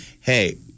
hey